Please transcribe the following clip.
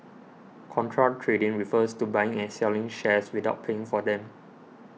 contra trading refers to buying and selling shares without paying for them